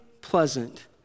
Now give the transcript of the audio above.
pleasant